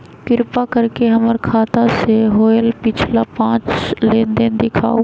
कृपा कर के हमर खाता से होयल पिछला पांच लेनदेन दिखाउ